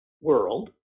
world